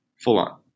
Full-on